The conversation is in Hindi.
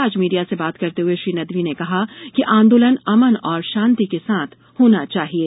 आज मीडिया से बात करते हुए श्री नदवी ने कहा कि आंदोलन अमन और शान्ति के साथ होना चाहिये